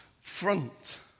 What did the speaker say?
front